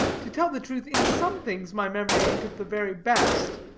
to tell the truth, in some things my memory aint of the very best,